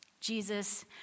Jesus